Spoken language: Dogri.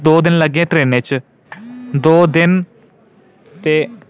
दो दिन लग्गे ट्रेना च दो दिन ते